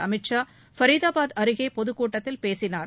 அமித் ஷா பரிதாபாத் அருகே பொதுக்கூட்டத்தில் பேசினார்